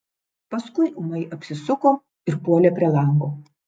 paskui ūmai apsisuko ir puolė prie lango